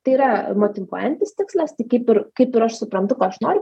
tai yra motyvuojantis tikslas tai kaip ir kaip ir aš suprantu ko aš noriu